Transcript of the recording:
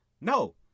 No